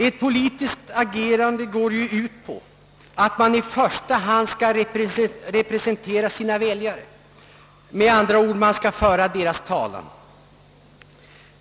Ett politiskt agerande går ju ut på att man i första hand skall representera sina väljare, man skall med andra ord föra deras talan.